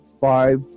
five